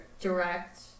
direct